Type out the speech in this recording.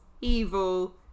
evil